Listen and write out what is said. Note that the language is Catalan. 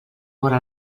vora